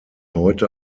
heute